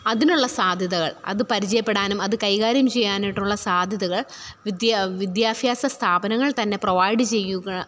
അതിനുള്ള സാധ്യതകള് അത് പരിചയപ്പെടാനും അത് കൈകാര്യം ചെയ്യാനായിട്ടുമുള്ള സാധ്യതകള് വിദ്യാഭ്യാസ സ്ഥാപനങ്ങള് തന്നെ പ്രൊവൈഡ് ചെയ്യുക